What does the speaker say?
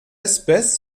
espèce